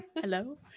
Hello